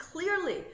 clearly